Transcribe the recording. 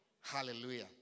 Hallelujah